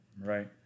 right